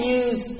use